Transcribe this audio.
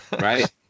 Right